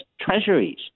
treasuries